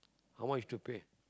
how much to pay